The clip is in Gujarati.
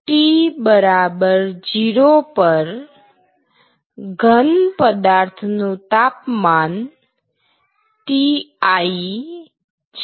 t0 પર ઘન પદાર્થનું તાપમાન Ti છે